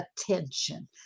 attention